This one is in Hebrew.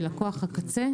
בלקוח הקצה,